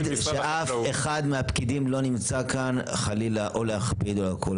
שאף אחד מהפקידים לא נמצא כאן חלילה או להכביד או הכל.